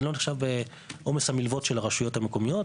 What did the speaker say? זה לא נחשב בעומס המלוות של הרשויות המקומיות.